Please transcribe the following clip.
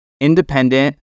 independent